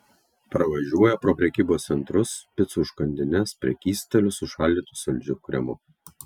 pravažiuoja pro prekybos centrus picų užkandines prekystalius su šaldytu saldžiu kremu